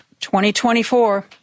2024